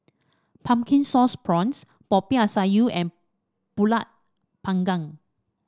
Pumpkin Sauce Prawns Popiah Sayur and pulut panggang